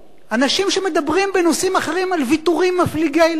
אנשים שמדברים בנושאים אחרים על ויתורים מפליגי לכת,